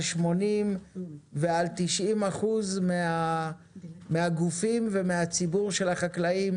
80% או 90% מן הגופים ומציבור החקלאים,